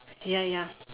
ya ya